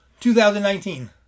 2019